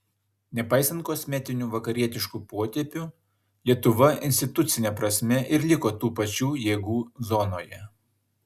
nepaisant kosmetinių vakarietiškų potėpių lietuva institucine prasme ir liko tų pačių jėgų zonoje